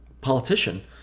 politician